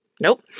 Nope